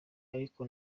ariko